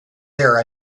their